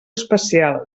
especial